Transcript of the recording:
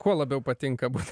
kuo labiau patinka būt